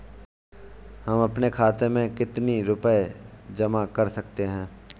हम अपने खाते में कितनी रूपए जमा कर सकते हैं?